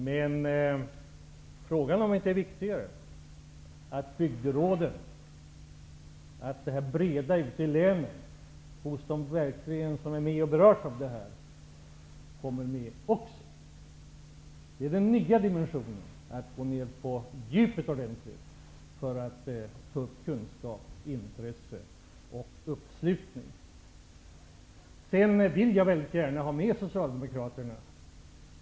Det viktiga är dock att bygderåden ute i länen som verkligen berörs av det här också får vara med. Den nya dimensionen innebär att man går på djupet för att få kunskap, intresse och uppslutning. Jag vill emellertid mycket gärna ha med Socialdemokraterna.